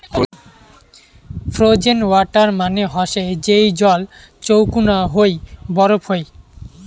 frozen water মানে হসে যেই জল চৌকুনা হই বরফ হই